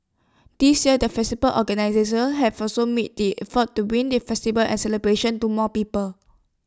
this year the feasible organisers have also made the effort to bring the festival and celebrations to more people